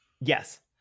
Yes